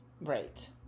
Right